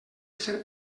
ser